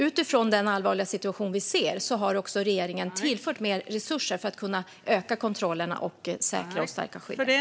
Utifrån den allvarliga situation vi ser har regeringen också tillfört mer resurser för att kunna utöka kontrollerna och säkra och stärka skyddet.